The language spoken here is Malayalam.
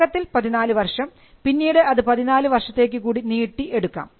തുടക്കത്തിൽ 14 വർഷം പിന്നീട് അത് 14 വർഷത്തേക്ക് കൂടി നീട്ടി എടുക്കാം